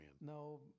No